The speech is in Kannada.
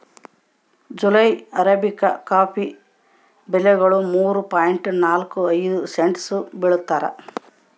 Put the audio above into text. ಜುಲೈ ಅರೇಬಿಕಾ ಕಾಫಿ ಬೆಲೆಗಳು ಮೂರು ಪಾಯಿಂಟ್ ನಾಲ್ಕು ಐದು ಸೆಂಟ್ಸ್ ಬೆಳೀತಾರ